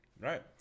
Right